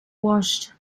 washed